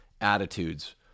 attitudes